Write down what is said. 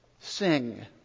sing